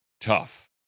tough